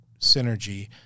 synergy